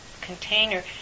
container